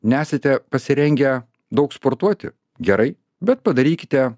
nesate pasirengę daug sportuoti gerai bet padarykite